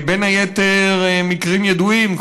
בין היתר במקרים ידועים,